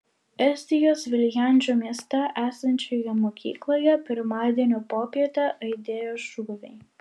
estijos viljandžio mieste esančioje mokykloje pirmadienio popietę aidėjo šūviai